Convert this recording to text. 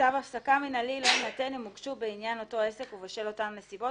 "צו הפסקה מינהלי לא יינתן אם הוגשו בעניין אותו עסק ובשל אותן נסיבות